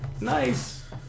Nice